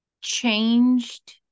changed